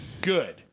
Good